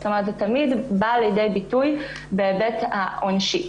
זאת אומרת, זה תמיד בא לידי ביטוי בהיבט העונשי.